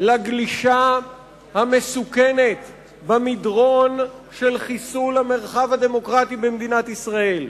לגלישה המסוכנת במדרון של חיסול המרחב הדמוקרטי במדינת ישראל.